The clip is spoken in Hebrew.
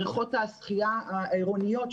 בריכות השחייה העירוניות,